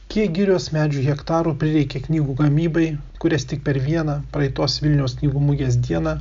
kiek girios medžių hektarų prireikia knygų gamybai kurias tik per vieną praeitos vilniaus knygų mugės dieną